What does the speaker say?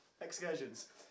excursions